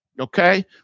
Okay